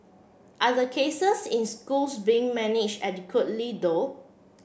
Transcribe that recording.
are the cases in schools being managed adequately though